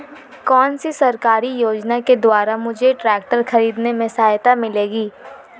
कौनसी सरकारी योजना के द्वारा मुझे ट्रैक्टर खरीदने में सहायता मिलेगी?